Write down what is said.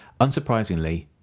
Unsurprisingly